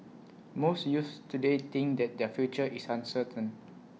most youths today think that their future is uncertain